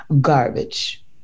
garbage